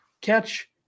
Catch